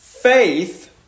Faith